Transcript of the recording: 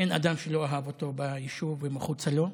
אין אדם שלא אהב אותו ביישוב ומחוצה לו,